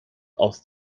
aus